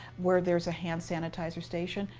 where there's a hand sanitizer station,